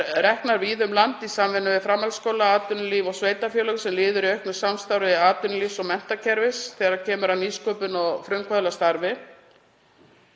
reknar víða um land í samvinnu við framhaldsskóla, atvinnulíf og sveitarfélög sem liður í auknu samstarfi atvinnulífs og menntakerfis þegar kemur að nýsköpun og frumkvöðlastarfi.